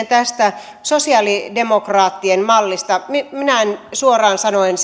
tästä sosialidemokraattien mallista minä minä en suoraan sanoen